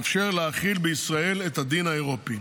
שמאפשר להחיל בישראל את הדין האירופי,